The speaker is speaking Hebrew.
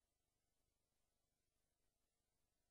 המשטרה,